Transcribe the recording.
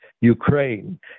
Ukraine